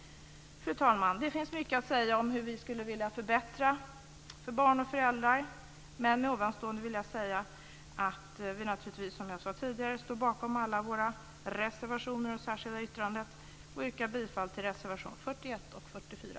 Fru talman! Det finns mycket att säga om hur vi skulle vilja förbättra för barn och föräldrar, men med det framförda vill jag säga att vi naturligtvis står bakom alla våra reservationer och det särskilda yttrandet och yrkar bifall till reservationerna 41 och 44.